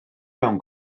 mewn